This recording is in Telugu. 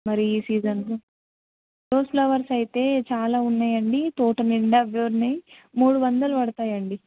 మరీ సీజన్ రోజ్ ఫ్లవర్స్ అయితే చాలా ఉన్నాయండి తోట నిండా అవే ఉన్నాయి మూడు వందలు పడతాయండి